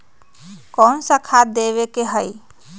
कोन सा खाद देवे के हई?